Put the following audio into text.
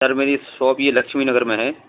سر میری شاپ یہ لکشمی نگر میں ہے